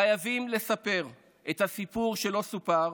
חייבים לספר את הסיפור שלא סופר